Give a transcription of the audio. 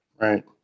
Right